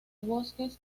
bosques